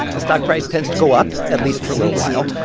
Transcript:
the stock price tends to go up, at least for a little while.